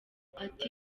ati